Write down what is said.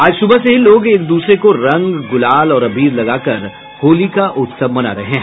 आज सुबह से ही लोग एक दूसरे को रंग गुलाल और अबीर लगाकर होली का उत्सव मना रहे हैं